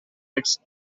its